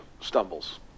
stumbles